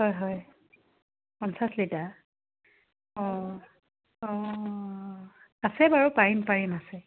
হয় হয় পঞ্চাছ লিটাৰ অঁ অঁ আছে বাৰু পাৰিম পাৰিম আছে